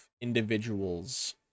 individuals